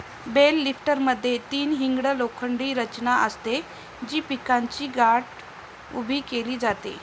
bell लिफ्टरमध्ये तीन hinged लोखंडी रचना असते, जी पिकाची गाठ उभी केली जाते